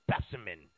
specimen